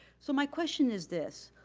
so my question is this.